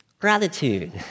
Gratitude